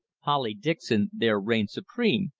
polly dickson there reigned supreme,